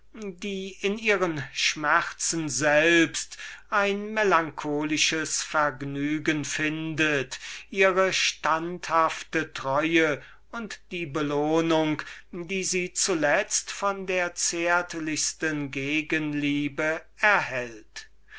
die in ihrem schmerzen selbst ein melancholisches vergnügen findet ihre standhafte treue und die belohnung die sie zuletzt von der zärtlichsten gegenliebe erhält